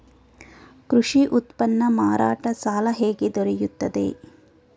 ಕೃಷಿ ಉತ್ಪನ್ನ ಮಾರಾಟ ಸಾಲ ಹೇಗೆ ದೊರೆಯುತ್ತದೆ?